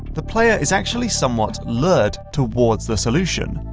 the player is actually somewhat lured towards the solution.